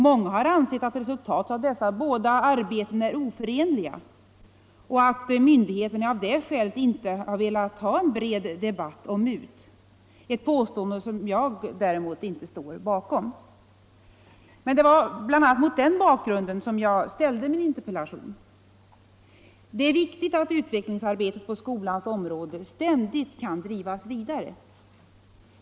Många har ansett att resultaten av dessa båda arbeten är oförenliga och att myndigheterna av det skälet inte har velat ha en bred debatt om MUT, ett påstående som jag emellertid inte ställer mig bakom. Men det var bl.a. mot den bakgrunden som jag ställde min interpellation. Det är viktigt att utvecklingsarbetet på skolans område ständigt kan drivas vidare.